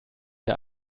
der